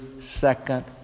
second